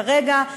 כרגע,